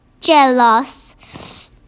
jealous